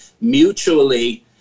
mutually